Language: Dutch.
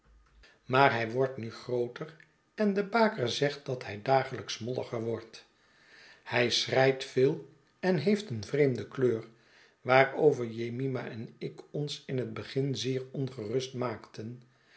maar hij wordt nu grooter en de baker zegt dat hij dagelijks molliger wordt hij schreit veel en heeft een vreemde kleur waarover jemima en ik ons in het begin zeer ongerust maakten